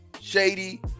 shady